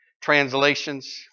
translations